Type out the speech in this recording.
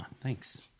Thanks